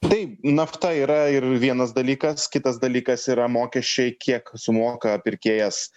taip nafta yra ir vienas dalykas kitas dalykas yra mokesčiai kiek sumoka pirkėjas